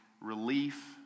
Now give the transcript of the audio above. relief